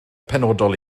penodol